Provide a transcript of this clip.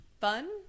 fun